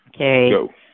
Okay